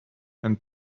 and